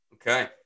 Okay